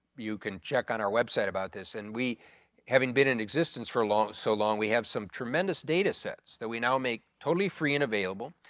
you can check on our website about this. and we having been in existence for a long so long we have some tremendous data sets that we now make totally free and available.